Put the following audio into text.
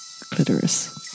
clitoris